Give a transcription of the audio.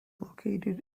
located